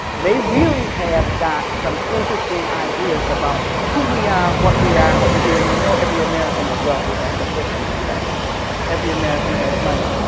they really have got some interesting ideas about who we are, what we are, and what we do and you know every american is wealthy. that's the first thing you start with every american has money.